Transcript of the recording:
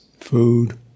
food